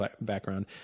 background